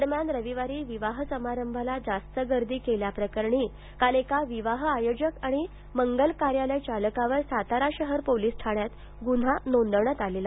दरम्यान रविवारी विवाह समारंभास जास्त गर्दी केल्या प्रकरणी काल एक विवाह आयोजक आणि मंगल कार्यालय चालकावर सातारा शहर पोलीस ठाण्यात गुन्हा नोंदवण्यात आला